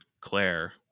Claire